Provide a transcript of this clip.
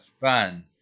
fun